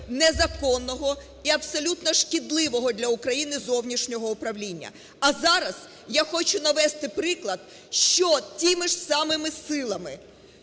незаконного і абсолютно шкідливого для України зовнішнього управління. А зараз я хочу навести приклад, що тими ж самими силами